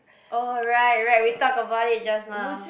alright right we talk about it just now